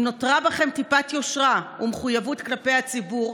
אם נותרה בכם טיפת יושרה ומחויבות כלפי הציבור,